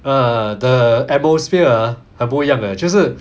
ah the atmosphere ah 很不一样 leh 就是